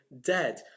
dead